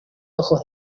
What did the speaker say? ojos